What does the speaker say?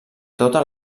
totes